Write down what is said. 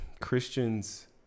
Christians